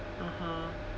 (uh huh)